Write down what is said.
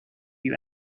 you